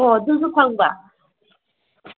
ꯑꯣ ꯑꯗꯨ ꯗꯨꯀꯥꯟꯗꯣ